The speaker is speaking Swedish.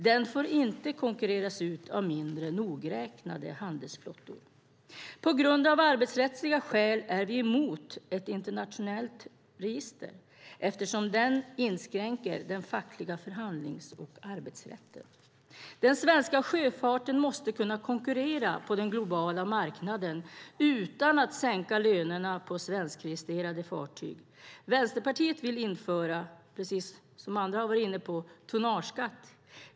Den får inte konkurreras ut av mindre nogräknade handelsflottor. På grund av arbetsrättsliga skäl är vi emot ett internationellt register, eftersom det inskränker den fackliga förhandlings och arbetsrätten. Den svenska sjöfarten måste kunna konkurrera på den globala marknaden utan att lönerna på svenskregistrerade fartyg sänks. Vänsterpartiet vill, som andra har varit inne på, införa tonnageskatt.